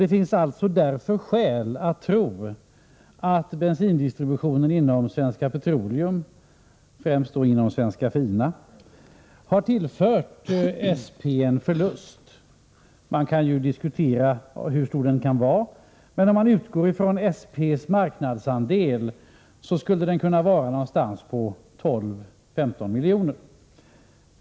Det finns alltså därför skäl att tro att bensindistributionen inom Svenska Petroleum — främst inom Svenska Fina — har medfört en förlust för SP. Man kan diskutera hur stor den kan vara, men om man utgår ifrån SP:s marknadsandel skulle den kunna ligga på mellan 12 och 15 milj.kr.